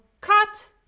cut